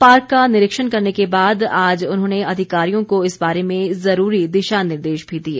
park का निरीक्षण करने के बाद आज उन्होंने अधिकारियों को इस बारे में जरूरी दिशानिर्देश भी दिए